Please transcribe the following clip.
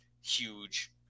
huge